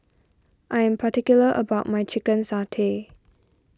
I am particular about my Chicken Satay